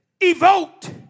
Evoked